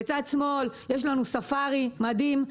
בצד שמאל יש לנו ספארי מדהים,